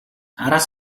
араас